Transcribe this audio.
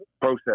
process